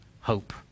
hope